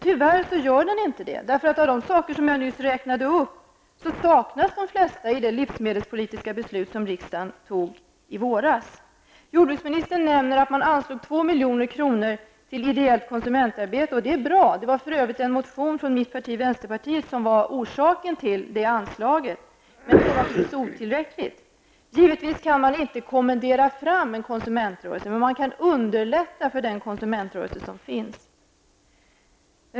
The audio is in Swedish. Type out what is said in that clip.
Tyvärr gör den inte det. De flesta av de saker som jag räknade upp saknas i det livsmedelspolitiska beslut som riksdagen fattade i våras. Jordbruksministern nämner att man anslog 2 milj.kr. till ideellt konsumentarbete, och det är bra. Det var för övrigt en motion från mitt parti, vänsterpartiet, som var orsaken till det anslaget. Men det är naturligtvis otillräckligt. Givetvis kan man inte kommendera fram en konsumentrörelse. Men man kan underlätta för den konsumentrörelse som finns.